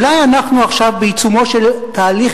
אולי אנחנו עכשיו בעיצומו של תהליך